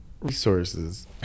Resources